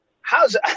how's